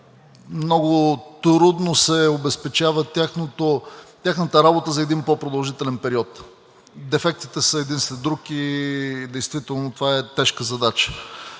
много трудно се обезпечава тяхната работа за един по продължителен период. Дефектите са един след друг и действително това е тежка задача.